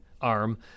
arm